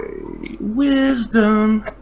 Wisdom